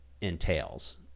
entails